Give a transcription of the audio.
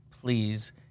please